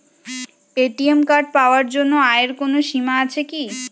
ATM card পাওয়ার জন্য আয়ের কোনো সীমা আছে কি?